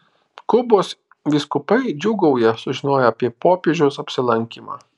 kubos vyskupai džiūgauja sužinoję apie popiežiaus apsilankymą